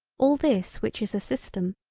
all this which is a system,